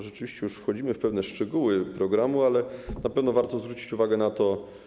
Rzeczywiście już wchodzimy w pewne szczegóły programu, ale na pewno warto zwrócić uwagę na to.